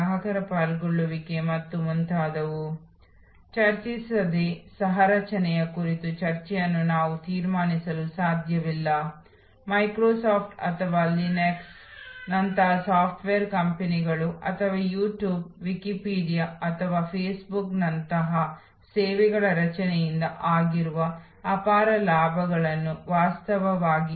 ಈಗ ಅಸ್ತಿತ್ವದಲ್ಲಿರುವ ಸೇವೆಯನ್ನು ನೀವು ಹೇಗೆ ಅರ್ಥಮಾಡಿಕೊಂಡಿದ್ದೀರಿ ಮತ್ತು ಅದು ಹೇಗೆ ರಚನೆಯಾಗಿದೆ ಮತ್ತು ಅದು ಘಟಕದ ಭಾಗವಾಗಿದೆ